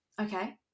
Okay